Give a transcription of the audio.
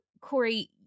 Corey